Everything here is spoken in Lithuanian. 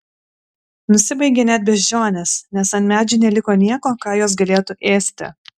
nusibaigė net beždžionės nes ant medžių neliko nieko ką jos galėtų ėsti